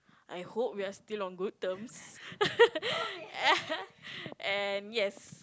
I hope we're still on good terms and yes